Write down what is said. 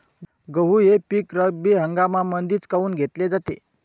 गहू हे पिक रब्बी हंगामामंदीच काऊन घेतले जाते?